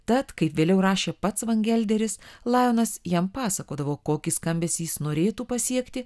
tad kaip vėliau rašė pats vangelderis lajonas jam pasakodavo kokį skambesį jis norėtų pasiekti